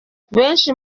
benshi